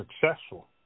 successful